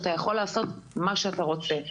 אתה יכול לעשות מה שאתה רוצה.